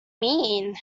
mean